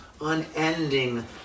Unending